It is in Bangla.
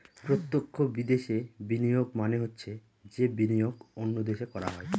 প্রত্যক্ষ বিদেশে বিনিয়োগ মানে হচ্ছে যে বিনিয়োগ অন্য দেশে করা হয়